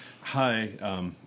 hi